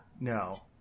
no